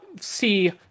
see